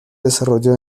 desarrollo